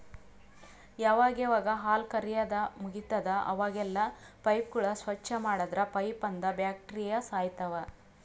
ಯಾವಾಗ್ ಯಾವಾಗ್ ಹಾಲ್ ಕರ್ಯಾದ್ ಮುಗಿತದ್ ಅವಾಗೆಲ್ಲಾ ಪೈಪ್ಗೋಳ್ ಸ್ವಚ್ಚ್ ಮಾಡದ್ರ್ ಪೈಪ್ನಂದ್ ಬ್ಯಾಕ್ಟೀರಿಯಾ ಸಾಯ್ತವ್